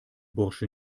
bursche